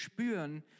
spüren